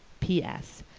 p s.